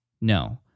no